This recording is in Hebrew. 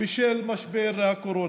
בשל משבר הקורונה.